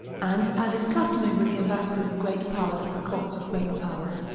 and, as is customary with the embassadors of great powers at the courts of great powers,